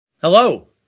Hello